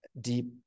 deep